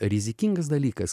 rizikingas dalykas